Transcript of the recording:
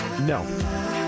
no